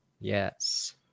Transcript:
Yes